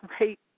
right